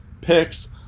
picks